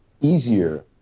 easier